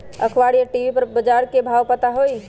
अखबार या टी.वी पर बजार के भाव पता होई?